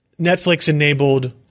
Netflix-enabled